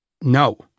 No